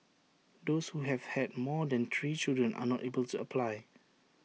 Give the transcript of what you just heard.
those who have had more than three children are not able to apply